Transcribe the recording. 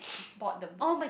bought the book